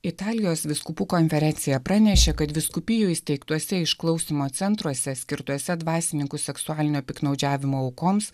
italijos vyskupų konferencija pranešė kad vyskupijų įsteigtuose išklausymo centruose skirtuose dvasininkų seksualinio piktnaudžiavimo aukoms